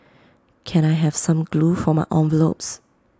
can I have some glue for my envelopes